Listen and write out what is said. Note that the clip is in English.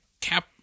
cap